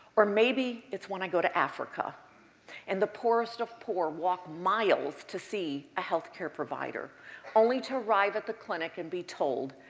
or maybe it's when i go to africa and the poorest of poor walk miles to see a healthcare provider only to arrive at the clinic and be told,